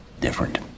different